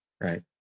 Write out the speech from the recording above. Right